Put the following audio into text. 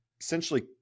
Essentially